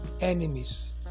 enemies